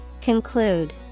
Conclude